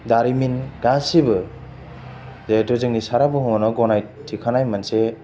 दारिमिन गासिबो जिहेतु जोंनि सारा बुहुमावनो गनायथिखानाय मोनसे